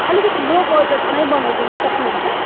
अलिकति लो बजेटमै बनाइदिनु सक्नुहुन्छ